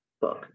book